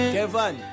Kevin